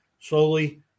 slowly